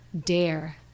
dare